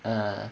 ah